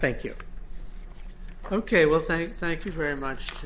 thank you ok well thank you thank you very much